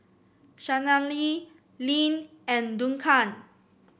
Shanelle Lynn and Duncan